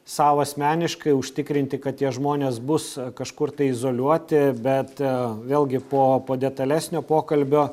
sau asmeniškai užtikrinti kad tie žmonės bus kažkur tai izoliuoti bet vėlgi po po detalesnio pokalbio